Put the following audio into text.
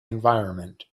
environment